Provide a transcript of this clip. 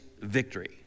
victory